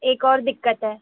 ایک اور دقت ہے